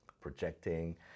projecting